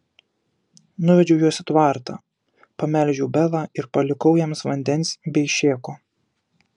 nuvedžiau juos į tvartą pamelžiau belą ir palikau jiems vandens bei šėko